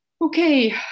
Okay